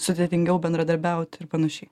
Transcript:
sudėtingiau bendradarbiaut ir panašiai